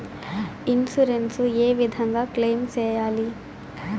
Insurance ఏ విధంగా claim సేయాలి?